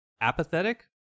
apathetic